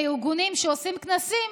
מארגונים שעושים כנסים,